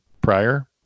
prior